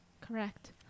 correct